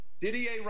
Didier